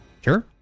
Sure